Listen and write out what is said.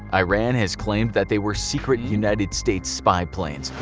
iran has claimed that they were secret united states spy planes.